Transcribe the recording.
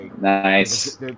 Nice